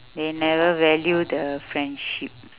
they never value the friendship